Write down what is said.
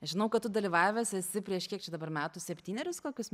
žinau kad tu dalyvavęs esi prieš kiek čia dabar metų septynerius kokius